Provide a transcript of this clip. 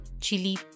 chili